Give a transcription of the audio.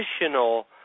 additional